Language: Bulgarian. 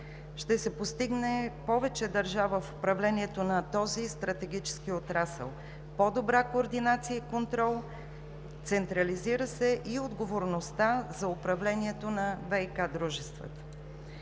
ще се постигне повече държава в управлението на този стратегически отрасъл, по-добра координация и контрол, централизира се и отговорността за управлението на ВиК дружествата.